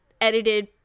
edited